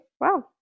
wow